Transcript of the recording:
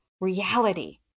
reality